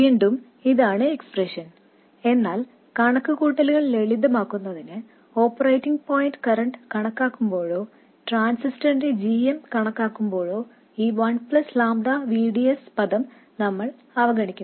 വീണ്ടും ഇതാണ് എക്സ്പ്രഷൻ എന്നാൽ കണക്കുകൂട്ടലുകൾ ലളിതമാക്കുന്നതിന് ഓപ്പറേറ്റിംഗ് പോയിന്റ് കറന്റ് കണക്കാക്കുമ്പോഴോ ട്രാൻസിസ്റ്ററിന്റെ g m കണക്കാക്കുമ്പോഴോ ഈ one plus lambda V D S പദം നമ്മൾ അവഗണിക്കുന്നു